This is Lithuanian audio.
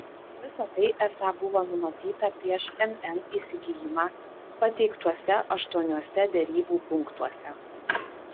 visa tai esą buvo numatyta prieš mn įsigijimą pateiktuose aštuoniuose derybų punktuose